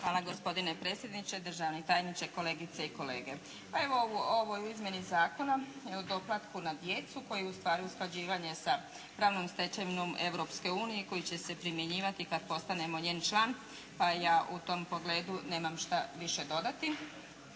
Hvala. Gospodine predsjedniče, državni tajniče, kolegice i kolege. Pa evo, u ovoj izmjeni Zakona o doplatku na djecu koji je ustvari usklađivanje sa pravnom stečevinom Europske unije koji će se primjenjivati kad postanemo njen član pa ja u tom pogledu nemam šta više dodati,